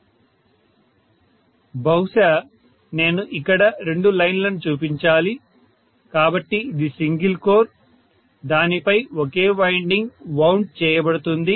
professor బహుశా నేను ఇక్కడ రెండు లైన్లను చూపించాలి కాబట్టి ఇది సింగిల్ కోర్ దానిపై ఒకే వైండింగ్ వౌండ్ చేయబడుతుంది